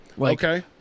Okay